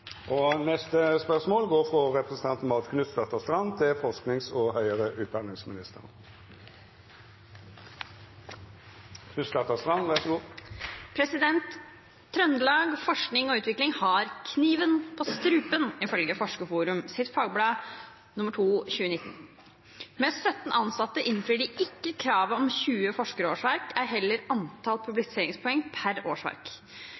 og Utvikling har «kniven på strupen» ifølge Forskerforum sitt fagblad 2/2019. Med 17 ansatte innfrir de ikke kravet om 20 forskerårsverk, ei heller antall publiseringspoeng per årsverk.